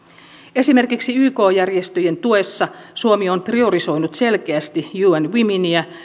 esimerkiksi yk järjestöjen tuessa suomi on priorisoinut selkeästi un womenia